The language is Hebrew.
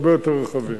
שהם הרבה יותר רחבים.